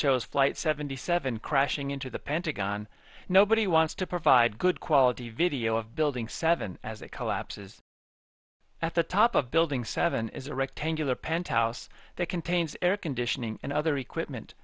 shows flight seventy seven crashing into the pentagon nobody wants to provide good quality video of building seven as it collapses at the top of building seven is a rectangular penthouse that contains air conditioning and other equipment